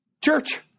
church